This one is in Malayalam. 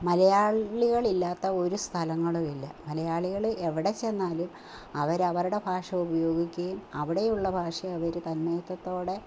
മലയാളികൾ ഇല്ലാത്ത ഒരു സ്ഥലങ്ങളുമില്ല മലയാളികൾ എവിടെച്ചെന്നാലും അവരവരുടെ ഭാഷ ഉപയോഗിക്കുകയും അവിടെയുള്ള ഭാഷ അവർ തന്മയത്വത്തോടെ